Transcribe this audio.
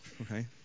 okay